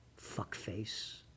fuckface